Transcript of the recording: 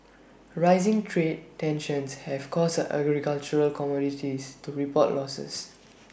rising trade tensions have caused agricultural commodities to report losses